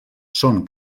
són